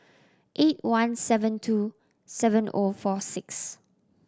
eight one seven two seven O four six